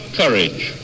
courage